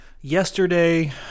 Yesterday